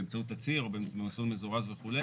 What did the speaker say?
באמצעות תצהיר או במסלול מזורז וכו',